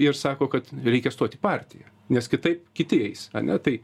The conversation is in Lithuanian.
ir sako kad reikia stot į partiją nes kitaip kiti eis ane tai